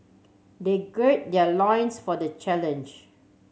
they gird their loins for the challenge